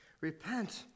Repent